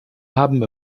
haben